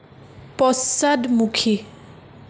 পশ্চাদমুখী